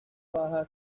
baja